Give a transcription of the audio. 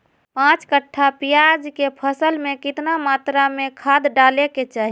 पांच कट्ठा प्याज के फसल में कितना मात्रा में खाद डाले के चाही?